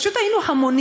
היא מצוינת באופן